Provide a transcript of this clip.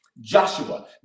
Joshua